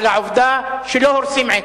על העובדה שלא הורסים עץ,